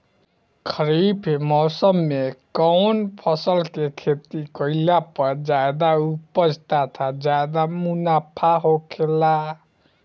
खरीफ़ मौसम में कउन फसल के खेती कइला पर ज्यादा उपज तथा ज्यादा मुनाफा होखेला?